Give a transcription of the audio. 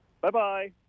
Bye-bye